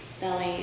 belly